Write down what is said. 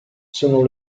sono